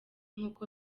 nk’uko